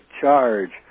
charge